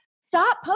stop